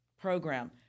program